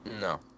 No